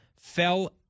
fell